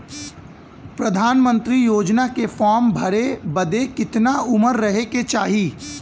प्रधानमंत्री योजना के फॉर्म भरे बदे कितना उमर रहे के चाही?